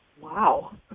Wow